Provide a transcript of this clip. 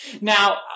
Now